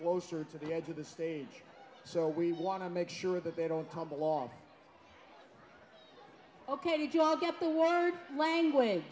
closer to the edge of the stage so we want to make sure that they don't come along ok did you all get the word language